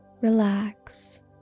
Relax